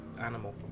animal